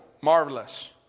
marvelous